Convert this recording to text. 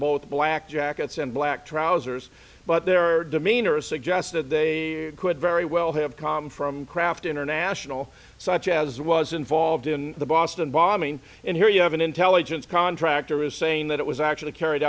both black jackets and black trousers but there are demeanor suggested they could very well have come from craft international such as was involved in the boston bombing and here you have an intelligence contractor is saying that it was actually carried